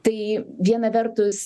tai viena vertus